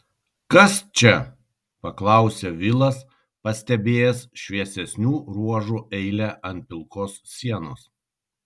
kas čia paklausė vilas pastebėjęs šviesesnių ruožų eilę ant pilkos sienos